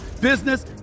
business